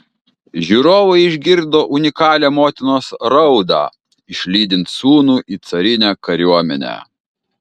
žiūrovai išgirdo unikalią motinos raudą išlydint sūnų į carinę kariuomenę